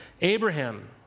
Abraham